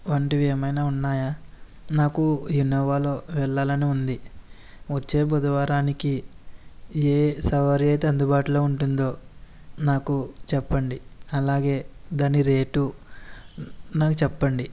వంటివి ఏమైనా ఉన్నాయా నాకు ఇనోవాలో వెళ్ళాలని ఉంది వచ్చే బుధవారానికి ఏ సవారి అయితే అందుబాటులో ఉంటుందో నాకు చెప్పండి అలాగే దాని రేటు నాకు చెప్పండి